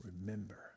Remember